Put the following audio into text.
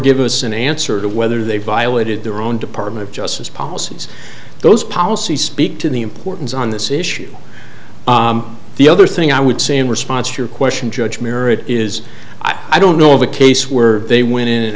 give us an answer to whether they violated their own department of justice policies those policies speak to the importance on this issue the other thing i would say in response to your question judge merritt is i don't know of a case where they went in and